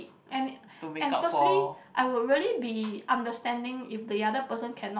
and and firstly I would really be understanding if the other person cannot